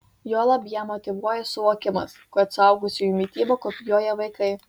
juolab ją motyvuoja suvokimas kad suaugusiųjų mitybą kopijuoja vaikai